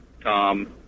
Tom